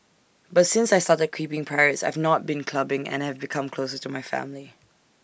but since I started keeping parrots I've not been clubbing and have become closer to my family